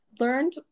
learned